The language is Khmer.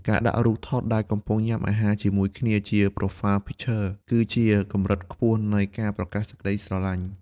ការដាក់រូបថតដែលកំពុងញ៉ាំអាហារជាមួយគ្នាជា Profile Picture គឺជាកម្រិតខ្ពស់នៃការប្រកាសសេចក្ដីស្រឡាញ់។